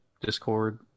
discord